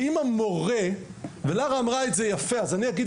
אם המורה לארה אמרה את זה יפה אז אני אגיד